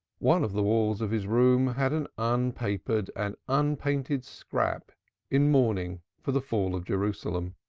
one of the walls of his room had an unpapered and unpainted scrap in mourning for the fall of jerusalem.